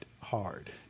hard